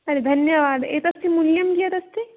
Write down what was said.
अरे धन्यवादः एतस्य मूल्यं कियत् अस्ति